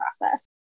process